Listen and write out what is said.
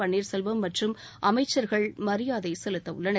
பள்ளீர்செல்வம மற்றும் அமைச்சர்கள் மரியாதை செலுத்தவுள்ளனர்